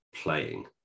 playing